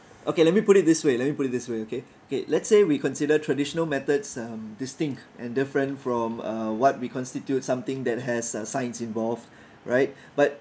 okay let me put it this way let me put it this way okay okay let's say we consider traditional methods um distinct and different from uh what we constitute something that has uh science involved right but